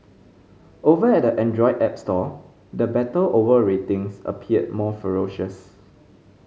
over at the Android app store the battle over ratings appear more ferocious